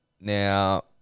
Now